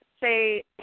say